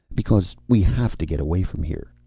because we have to get away from here.